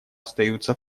остаются